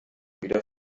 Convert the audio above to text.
wieder